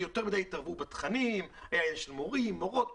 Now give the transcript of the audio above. יותר מדי התערבו בתכנים של מורים ומורות.